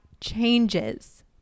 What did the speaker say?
changes